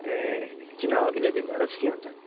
ए किन अघिल्लो दिन जाँदा चाहिँ के हुन्छ